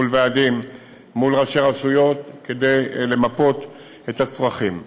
מול ועדים ומול ראשי רשויות כדי למפות את הצרכים.